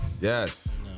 Yes